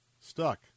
stuck